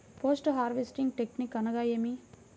Post harvesting technique అనగా నేమి?